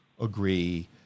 agree